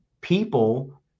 people